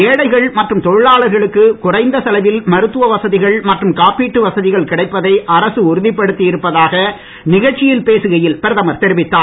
ஏழைகள் அட்டைகளையும் அவர் மற்றும் தொழிலாளர்களுக்கு குறைந்த செலவில் மருத்துவ வசதிகள் மற்றும் காப்பீட்டு வசதிகள் கிடைப்பதை அரசு உறுதிப்படுத்தி இருப்பதாக நிகழ்ச்சியில் பேசுகையில் பிரதமர் தெரிவித்தார்